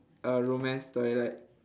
a romance story like